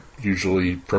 usually